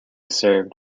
served